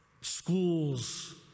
schools